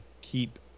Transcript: keep